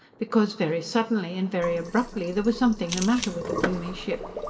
because, very suddenly and very abruptly, there was something the matter with the plumie ship.